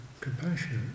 compassionate